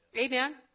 Amen